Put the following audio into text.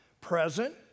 Present